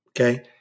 okay